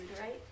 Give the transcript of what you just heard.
right